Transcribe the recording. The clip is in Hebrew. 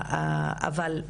אבל,